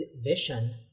vision